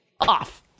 off